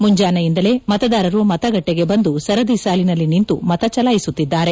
ಮುಂಜಾನೆಯಿಂದಲೇ ಮತದಾರರು ಮತಗಟ್ಟೆಗೆ ಬಂದು ಸರದಿ ಸಾಲಿನಲ್ಲಿ ನಿಂತು ಮತಚಲಾಯಿಸುತ್ತಿದ್ದಾರೆ